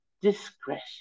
discretion